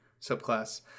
subclass